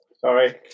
sorry